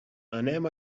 anem